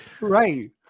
Right